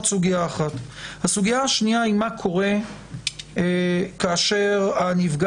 הסוגיה השנייה היא מה קורה כאשר הנפגע